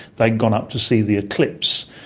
they'd gone up to see the eclipse,